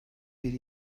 bir